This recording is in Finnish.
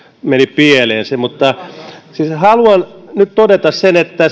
meni pieleen haluan nyt todeta sen että